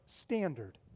standard